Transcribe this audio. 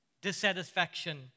dissatisfaction